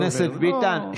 חבר הכנסת ביטן,